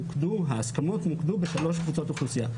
לכן ההסכמות מוקדו בשלוש קבוצות אוכלוסייה.